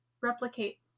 Replicate